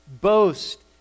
boast